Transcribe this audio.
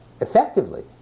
effectively